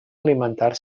alimentar